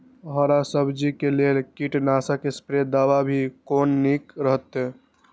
हरा सब्जी के लेल कीट नाशक स्प्रै दवा भी कोन नीक रहैत?